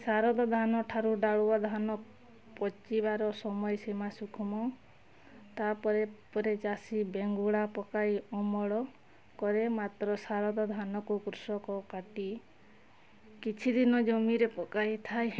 ଶାରଦଧାନ ଠାରୁ ଡାଳୁଅଧାନ ପଚିବାର ସମୟସୀମା ସୂକ୍ଷ୍ମ ତାପରେ ପରେ ଚାଷୀ ବେଙ୍ଗୁଳା ପକାଇ ଅମଳ କରେ ମାତ୍ର ଶାରଦଧାନକୁ କୃଷକ କାଟି କିଛିଦିନ ଜମିରେ ପକାଇଥାଏ